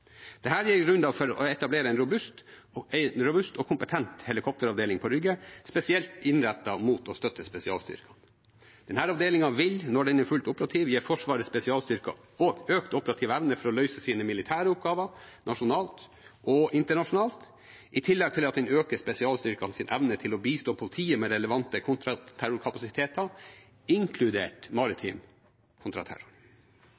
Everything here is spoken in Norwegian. gir grunnlag for å etablere en robust og kompetent helikopteravdeling på Rygge spesielt innrettet mot å støtte spesialstyrkene. Denne avdelingen vil, når den er fullt operativ, gi Forsvarets spesialstyrker økt operativ evne for å løse sine militære oppgaver, nasjonalt og internasjonalt, i tillegg til at den øker spesialstyrkenes evne til å bistå politiet med relevante kontraterrorkapasiteter, inkludert